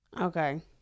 okay